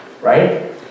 right